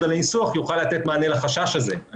על הניסוח יוכל לתת מענה לחשש הזה.